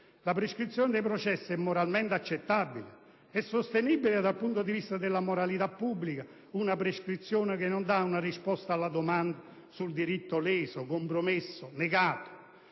La prescrizione dei processi è moralmente accettabile? È sostenibile, dal punto di vista della moralità pubblica, una prescrizione che non dà una risposta alla domanda sul diritto leso, compromesso, negato?